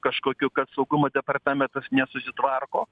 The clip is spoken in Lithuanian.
kažkokių kad saugumo departamentas nesusitvarko